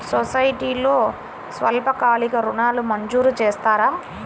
సొసైటీలో స్వల్పకాలిక ఋణాలు మంజూరు చేస్తారా?